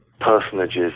personages